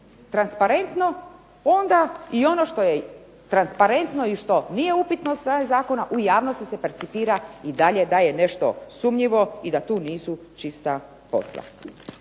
transparentno onda i ono što je transparentno i što nije upitno od strane zakona u javnosti se percipira i dalje da je nešto sumnjivo i da tu nisu čista posla.